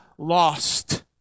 lost